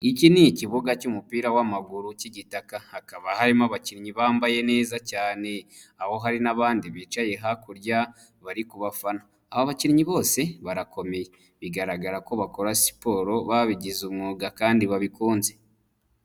Iki ni ikibuga cy'umupira w'amaguru cy'igitaka, hakaba harimo abakinnyi bambaye neza cyane, aho hari n'abandi bicaye hakurya, bari ku bafana, aba bakinnyi bose barakomeye, bigaragara ko bakora siporo babigize umwuga kandi babikunze.